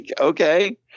Okay